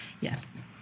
yes